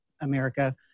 America